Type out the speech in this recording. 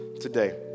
today